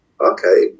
okay